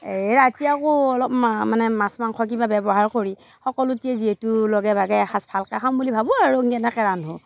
এই ৰাতি আকৌ অলপ মানে মাছ মাংস কিবা ব্য়ৱহাৰ কৰি সকলোটিয়ে যিহেতু লগে ভাগে এসাঁজ ভালকৈ খাম বুলি ভাবোঁ আৰু এনেকৈ ৰান্ধো